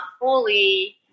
fully